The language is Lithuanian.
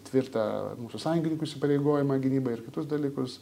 tvirtą mūsų sąjungininkų įsipareigojimą gynybai ir kitus dalykus